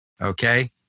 Okay